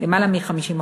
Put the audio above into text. למעלה מ-50%.